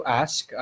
ask